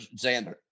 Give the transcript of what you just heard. Xander